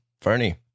Fernie